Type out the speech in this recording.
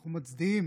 אנחנו מצדיעים